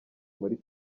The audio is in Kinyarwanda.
muri